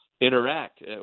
interact